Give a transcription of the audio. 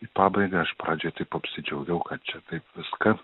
į pabaigą aš pradžioj taip apsidžiaugiau kad čia taip viską